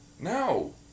No